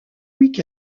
week